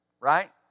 Right